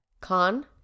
Con